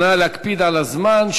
נא להקפיד על הזמן.